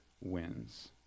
wins